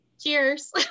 cheers